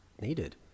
needed